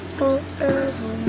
forever